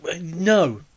No